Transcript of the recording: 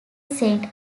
sent